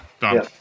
done